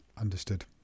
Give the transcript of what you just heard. understood